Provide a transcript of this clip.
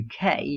UK